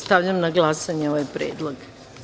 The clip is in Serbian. Stavljam na glasanje ovaj predlog.